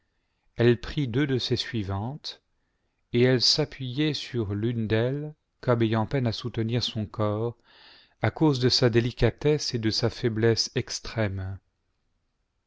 elle prit deux de ses suivantes et elle s'appuj'ait sur l'une d'elles comme ayant peine à soutenir son corps à cause de sa délicatesse et de sa faiblesse extrême